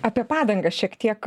apie padangas šiek tiek